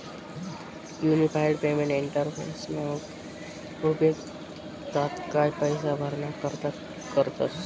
unified payment इंटरफेसना उपेग तात्काय पैसा भराणा करता करतस